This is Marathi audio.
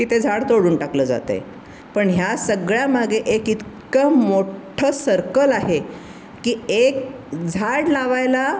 की ते झाड तोडून टाकलं जात आहे पण ह्या सगळ्यामागे एक इतकं मोठ्ठं सर्कल आहे की एक झाड लावायला